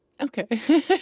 Okay